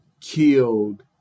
killed